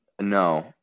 No